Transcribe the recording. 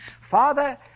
Father